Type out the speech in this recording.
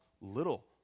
little